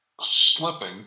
slipping